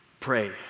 Pray